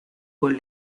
con